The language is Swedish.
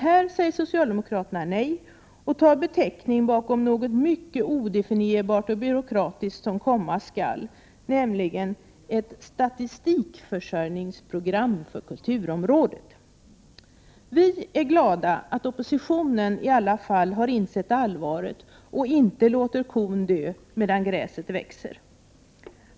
Här säger socialdemokraterna nej och tar betäckning bakom något mycket odefinierbart och byråkratiskt som komma skall, nämligen ett statistikförsörjningsprogram för kulturområdet. Vi är glada att i vart fall oppositionen insett allvaret och inte låter kon dö medan gräset gror.